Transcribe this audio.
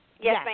Yes